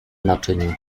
naczyniu